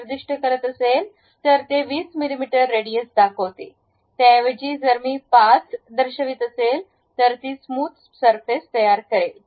निर्दिष्ट करत असेल तर ते २० मिमी रेडियस दाखवते त्याऐवजी जर मी 5 दर्शवित असेल तर ती स्मूथ सरफेस तयार करेल